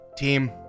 team